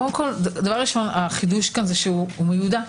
החידוש כאן, שהוא מיודע.